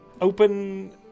open